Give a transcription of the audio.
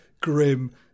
grim